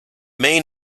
main